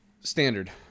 Standard